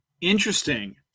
Interesting